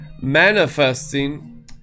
manifesting